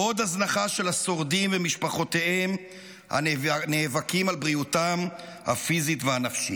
עוד הזנחה של השורדים ומשפחותיהם הנאבקים על בריאותם הפיזית והנפשית,